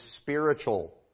spiritual